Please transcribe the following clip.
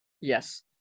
Yes